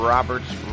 Roberts